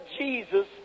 Jesus